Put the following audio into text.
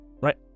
Right